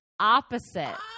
opposite